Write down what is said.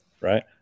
Right